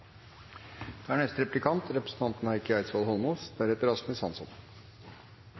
Da har representanten Heikki Eidsvoll Holmås